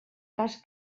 cas